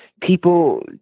people